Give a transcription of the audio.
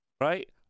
right